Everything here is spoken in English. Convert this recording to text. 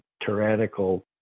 tyrannical